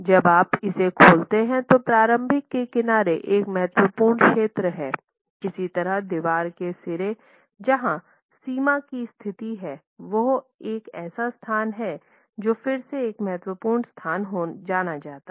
जब आप इसे खोलते हैं तो प्रारंभिक के किनारे एक महत्वपूर्ण क्षेत्र है इसी तरह दीवार के सिरे जहां सीमा की स्थिति है वो एक स्थान हैं जो फिर से एक महत्वपूर्ण स्थान जाना जाता है